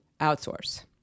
outsource